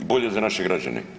i bolje za naše građane.